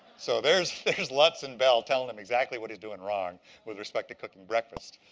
so there's there's lutz and bell telling him exactly what he's doing wrong with respect to cooking breakfast.